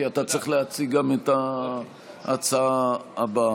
כי אתה צריך להציג גם את ההצעה הבאה.